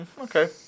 okay